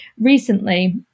recently